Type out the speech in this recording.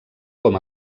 com